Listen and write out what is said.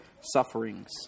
sufferings